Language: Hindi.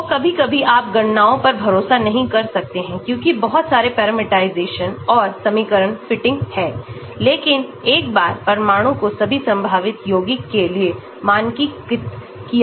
तो कभी कभी आप गणनाओं पर भरोसा नहीं कर सकते हैं क्योंकि बहुत सारे पैरामीटराइजेशन और समीकरण फिटिंग हैं लेकिन एक बार परमाणु को सभी संभावित यौगिकों के लिए मानकीकृत किया गया है